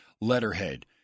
letterhead